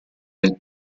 del